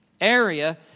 area